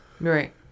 Right